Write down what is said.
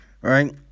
right